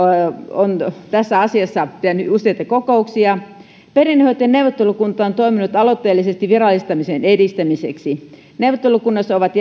on tässä asiassa pitänyt useita kokouksia perinnehoitojen neuvottelukunta on toiminut aloitteellisesti virallistamisen edistämiseksi neuvottelukunnassa ovat